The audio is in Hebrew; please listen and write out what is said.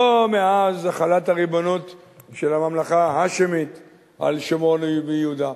לא מאז החלת הריבונות של הממלכה ההאשמית על שומרון ויהודה,